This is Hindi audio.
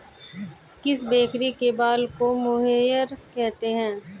किस बकरी के बाल को मोहेयर कहते हैं?